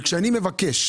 כשאני מבקש,